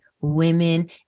Women